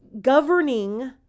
governing